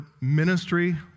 ministry